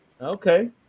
Okay